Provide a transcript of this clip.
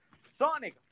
Sonic